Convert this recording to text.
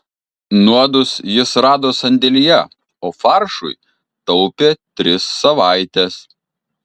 nuodus jis rado sandėlyje o faršui taupė tris savaites